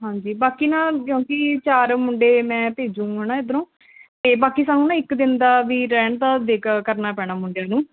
ਹਾਂਜੀ ਬਾਕੀ ਨਾ ਕਿਉਂਕਿ ਚਾਰ ਮੁੰਡੇ ਮੈਂ ਭੇਜੂ ਹੈ ਨਾ ਇੱਧਰੋਂ ਅਤੇ ਬਾਕੀ ਸਾਨੂੰ ਨਾ ਇੱਕ ਦਿਨ ਦਾ ਵੀ ਰਹਿਣ ਦਾ ਜੇਕਰ ਕਰਨਾ ਪੈਣਾ ਮੁੰਡਿਆਂ ਨੂੰ